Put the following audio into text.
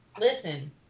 Listen